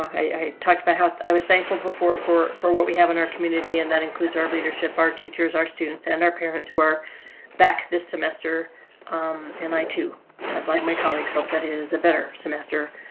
i talked about how i was thankful before for for what we have in our community and that includes our leadership, our teachers, our students and our parents who are back this semester. um and i to add like my colleagues hope that it is a better semester.